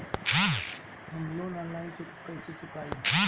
हम loan online कइसे चुकाई?